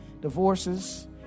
Divorces